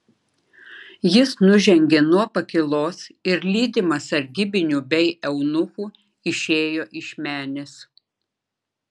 jis nužengė nuo pakylos ir lydimas sargybinių bei eunuchų išėjo iš menės